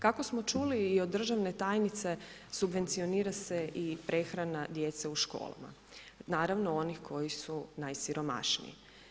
Kako smo čuli i o državne tajnice, subvencionira se i prehrana djece u školama, naravno onih koji su najsiromašniji.